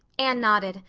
anne nodded,